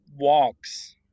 walks